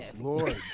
Lord